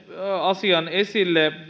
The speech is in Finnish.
asian esille